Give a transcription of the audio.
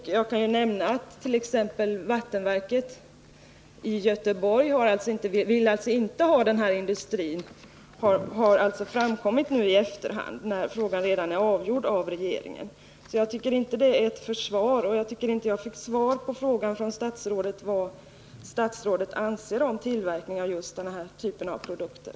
Jag kan dessutom nämna att det nu i efterhand — när frågan redan är avgjord av regeringen — framkommit att vattenverket i Göteborg är emot denna industri. Den tidigare remissomgången tycker jag inte är något att anföra som försvar, och jag tycker inte att jag fick svar på frågan om vad statsrådet anser om tillverkning av just den här typen av produkter.